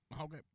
Okay